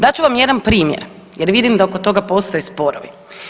Dat ću vam jedan primjer jer vidim da oko toga postoje sporovi.